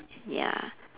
ya